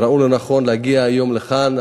הם ראו לנכון להגיע היום לכאן.